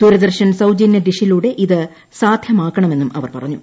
ദൂരദർശൻ സൌജന്യ ഡിഷിലൂടെ ഇത് സാധ്യമാക്കണമെന്നും അവർ പറഞ്ഞു